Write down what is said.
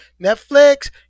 Netflix